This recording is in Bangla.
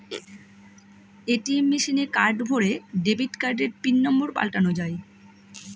এ.টি.এম মেশিনে কার্ড ভোরে ডেবিট কার্ডের পিন নম্বর পাল্টানো যায়